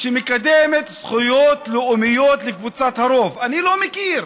שמקדמת זכויות לאומיות לקבוצת הרוב, אני לא מכיר.